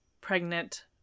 pregnant